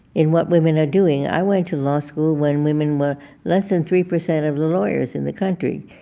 in what women are doing. i went to law school when women were less than three percent of the lawyers in the country.